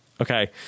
Okay